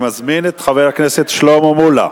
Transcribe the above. אני מזמין את חבר הכנסת שלמה מולה.